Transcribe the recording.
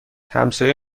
همسایه